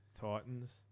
Titans